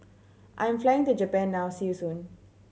I'm flying to Japan now see you soon